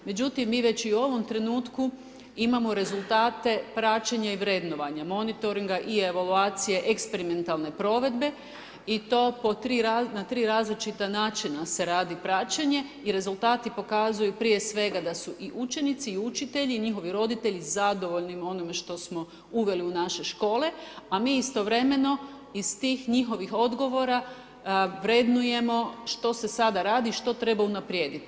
Međutim, mi veći i u ovom trenutku imamo rezultate praćenja i vrednovanja, monitoringa i evaluacije eksperimentalne provedbe i to na tri različita načina se radi praćenje i rezultati pokazuju prije svega da su i učenici i učitelji i njihovi roditelji zadovoljni onime što smo uveli u naše škole a mi istovremeno iz tih njihovih odgovora vrednujemo što se sada radi i što treba unaprijediti.